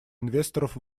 инвесторов